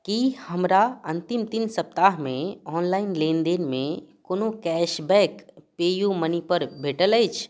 कि हमरा अन्तिम तीन सप्ताहमे ऑनलाइन लेनदेनमे कोनो कैशबैक पेयूमनीपर भेटल अछि